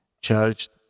charged